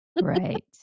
Right